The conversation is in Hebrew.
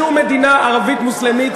בשום מדינה ערבית מוסלמית,